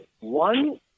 one